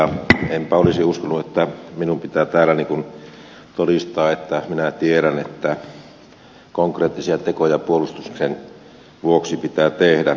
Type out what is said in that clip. enpä olisi uskonut että minun pitää täällä todistaa että minä tiedän että konkreettisia tekoja puolustuksen vuoksi pitää tehdä